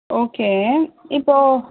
okay இப்போது